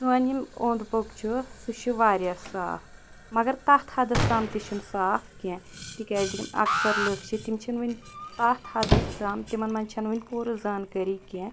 سٲنۍ یم اوٚند پوٚک چھُ سُہ چھُ واریاہ صاف مگر تتھ حَدَس تام تہِ چھُنہٕ صاف کیٚنٛہہ تِکیازِ یم اَکثر لوٗکھ چھِ تِم چھِنہٕ وُنہِ تَتھ حَدَس تام تِمن مَنٛز چھَنہٕ وُنہِ پوٗرٕ زانکٲری کیٚنٛہہ